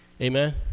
Amen